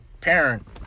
parent